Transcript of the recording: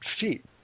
feet